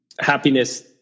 happiness